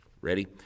ready